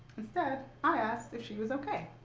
instead, i asked if she was ok.